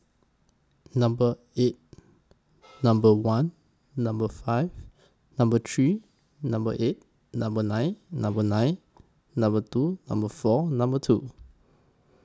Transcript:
Number eight Number one Number five Number three Number eight Number nine Number nine Number two Number four Number two